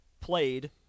played